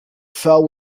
fell